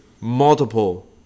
multiple